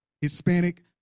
Hispanic